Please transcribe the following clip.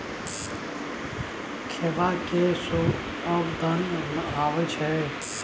खेबा मे सुअदगर आ स्वास्थ्य लेल नीक हेबाक कारणेँ कटहरक माँग बड़ रहय छै बजार मे